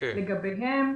לגביהם,